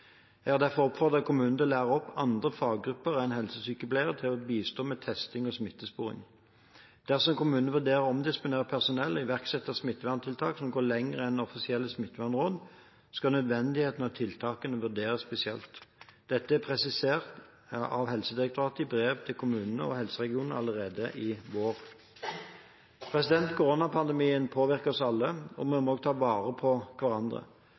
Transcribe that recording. Jeg har derfor oppfordret kommunene til å lære opp andre faggrupper enn helsesykepleiere til å bistå med testing og smittesporing. Dersom kommunene vurderer å omdisponere personell og iverksette smitteverntiltak som går lenger enn offisielle smittevernråd, skal nødvendigheten av tiltakene vurderes spesielt. Dette presiserte Helsedirektoratet i brev til kommunene og helseregionene allerede i vår. Koronapandemien påvirker oss alle, og vi må ta vare på hverandre.